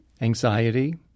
anxiety